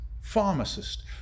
pharmacist